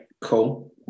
cool